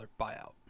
buyout